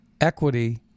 equity